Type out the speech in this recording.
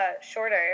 shorter